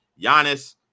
Giannis